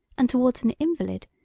and towards an invalid,